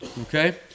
okay